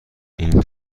این